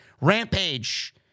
Rampage